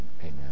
Amen